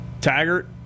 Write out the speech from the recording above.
Taggart